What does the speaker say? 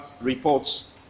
reports